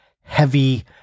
heavy